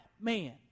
man